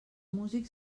músics